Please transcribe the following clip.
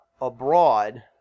abroad